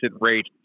rate